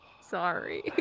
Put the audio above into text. sorry